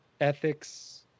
ethics